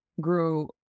grew